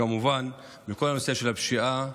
כמובן מכל הנושא של הפשיעה,